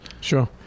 Sure